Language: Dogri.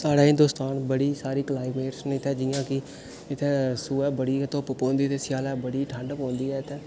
साढ़ै हिन्दोस्तान बड़ी सारी क्लाइमेट न इत्थै जि'यां कि इत्थै सोहै बड़ी गै जैदा पौंदी ते स्यालै बड़ी ठंड पौंदी ऐ इत्थै